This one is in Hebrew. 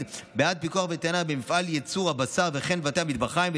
בעד פיקוח וטרינרי במפעלי יצוא הבשר וכן בבתי המטבחיים,